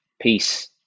peace